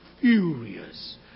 furious